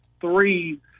three